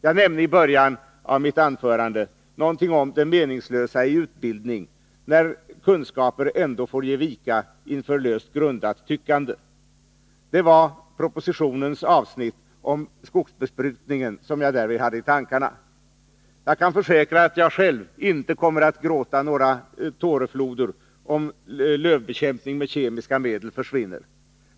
Jag nämnde i början av mitt anförande något om det meningslösa i utbildning, när kunskaper ändå får ge vika inför löst grundat tyckande. Det var propositionens avsnitt om skogsbesprutningen som jag därvid hade i tankarna. Jag kan försäkra att jag själv inte kommer att gråta några tårefloder om lövbekämpning med kemiska medel försvinner.